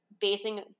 basing